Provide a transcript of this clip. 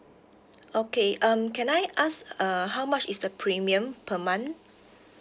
okay um can I ask uh how much is the premium per month